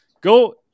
Go